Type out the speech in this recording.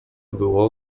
było